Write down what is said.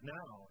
now